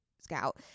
scout